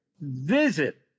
Visit